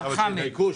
חמד.